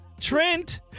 Trent